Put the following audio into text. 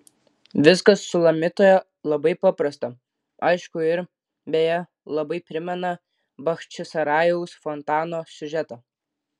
viskas sulamitoje labai paprasta aišku ir beje labai primena bachčisarajaus fontano siužetą